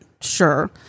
Sure